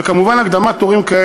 וכמובן הקדמת תורים.